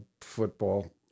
football